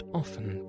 often